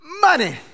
money